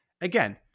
Again